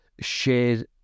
shared